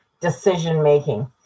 decision-making